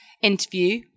interview